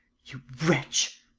you wretch.